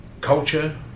culture